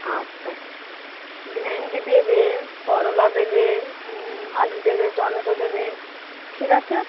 আচ্ছা ভেন্ডি দেবে করলা দেবে আলু দেবে টমেটো দেবে ঠিক আছে